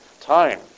time